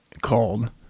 called